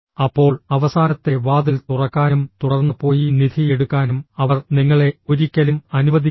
അപ്പോൾ അവസാനത്തെ വാതിൽ തുറക്കാനും തുടർന്ന് പോയി നിധി എടുക്കാനും അവർ നിങ്ങളെ ഒരിക്കലും അനുവദിക്കില്ല